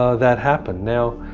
ah that happened. now,